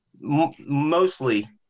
mostly